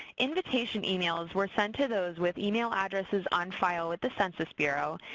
invitation emails were sent to those with email addresses on file with the census bureau,